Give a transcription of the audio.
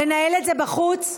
לנהל את זה בחוץ?